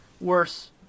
Worse